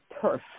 turf